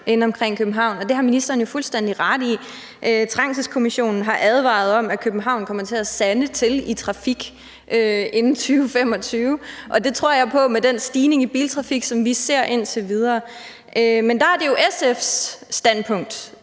inde omkring København. Det har ministeren jo fuldstændig ret i. Trængselskommissionen har advaret om, at København kommer til at sande til i trafik inden 2025, og det tror jeg på med den stigning i biltrafikken, som vi ser indtil videre. Men der er det jo SF's standpunkt,